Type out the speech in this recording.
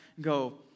go